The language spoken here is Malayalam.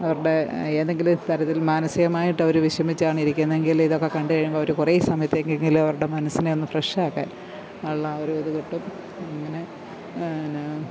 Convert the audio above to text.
അവരുടെ ഏതെങ്കിലും തരത്തിൽ മാനസികമായിട്ടവര് വിഷമിച്ചാണ് ഇരിക്കുന്നതെങ്കിൽ ഇതൊക്കെ കണ്ട് കഴിയുമ്പോള് അവര് കുറേ സമയത്തേക്കെങ്കിലും അവരുടെ മനസ്സിനെ ഒന്ന് ഫ്രഷാക്കാൻ ഉള്ള ആ ഒരു ഇത് കിട്ടും അങ്ങനെ നേ